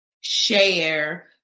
share